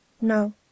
No